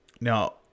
Now